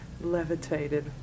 levitated